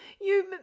You